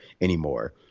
anymore